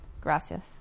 gracias